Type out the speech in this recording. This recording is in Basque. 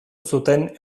zuten